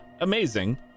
amazing